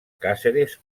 càceres